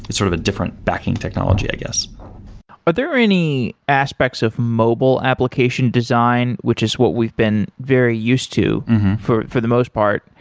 it's sort of a different backing technology, i guess are there any aspects of mobile application design, which is what we've been very used to for for the most part?